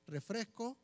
Refresco